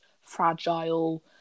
fragile